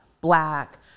black